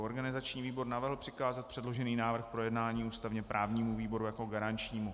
Organizační výbor navrhl přikázat předložený návrh k projednání ústavněprávnímu výboru jako garančnímu.